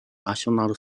national